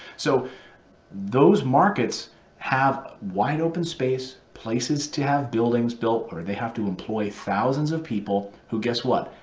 so those markets have wide open space, places to have buildings built where they have to employ thousands of people who guess what,